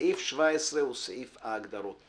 הוא סעיף ההגדרות.